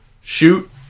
shoot